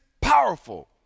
powerful